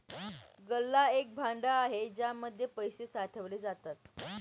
गल्ला एक भांड आहे ज्याच्या मध्ये पैसे साठवले जातात